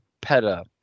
peta